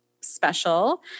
special